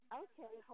okay